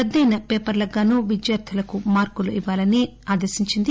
రద్దయిన పేపర్లకు గాను విద్యార్గులకు మార్కులు ఇవ్వాలని తీర్పించింది